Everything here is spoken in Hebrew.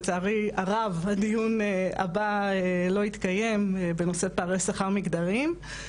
לצערי הרב הדיון הבא לא יתקיים בנושא פערי שכר מגדריים.